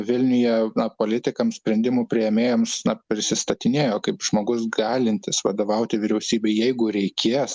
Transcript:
vilniuje politikams sprendimų priėmėjams prisistatinėjo kaip žmogus galintis vadovauti vyriausybei jeigu reikės